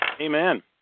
Amen